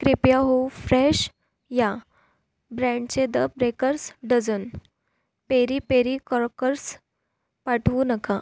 कृपया होवू फ्रेश या ब्रँडचे the bakers dozen peri peri crackers पाठवू नका